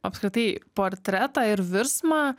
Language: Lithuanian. apskritai portretą ir virsmą